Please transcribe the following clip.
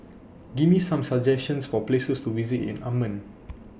Give Me Some suggestions For Places to visit in Amman